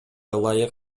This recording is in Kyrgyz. ылайык